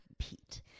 compete